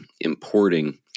importing